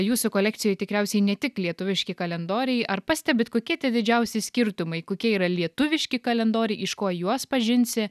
jūsų kolekcijoj tikriausiai ne tik lietuviški kalendoriai ar pastebit kokie tie didžiausi skirtumai kokie yra lietuviški kalendoriai iš ko juos pažinsi